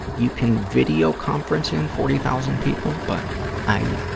you can videoconference in forty thousand people, but i,